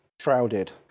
shrouded